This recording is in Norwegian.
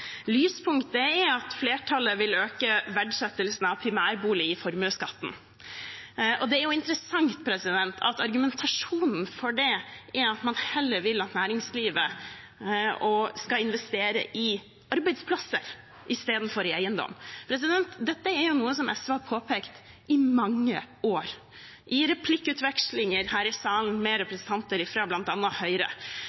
er at flertallet vil øke verdsettelsen av primærbolig i formuesskatten. Det er jo interessant at argumentasjonen for det er at man heller vil at næringslivet skal investere i arbeidsplasser, istedenfor i eiendom. Dette er noe som SV har påpekt i mange år, i replikkvekslinger her i salen med